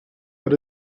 but